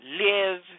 live